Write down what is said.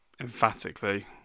emphatically